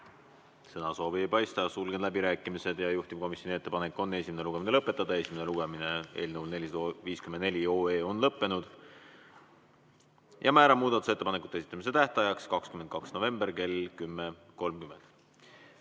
Sõnasoovi ei paista, sulgen läbirääkimised. Juhtivkomisjoni ettepanek on esimene lugemine lõpetada. Esimene lugemine eelnõul 454 on lõppenud. Määran muudatusettepanekute esitamise tähtajaks 22. novembri kell 10.30.